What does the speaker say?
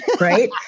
right